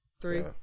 Three